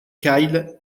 kyle